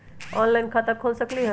Online खाता खोल सकलीह?